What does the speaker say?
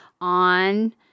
on